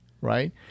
right